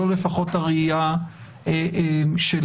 זו לפחות הראייה שלי.